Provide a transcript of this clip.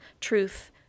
truth